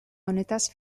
honetaz